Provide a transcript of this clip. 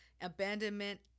abandonment